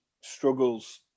struggles